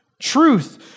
Truth